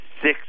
six